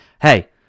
Hey